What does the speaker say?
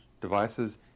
devices